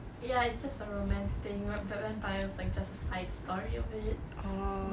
ya it's just a romance thing right but vampires like just the side story of it